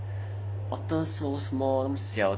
otter so small damn 小 eh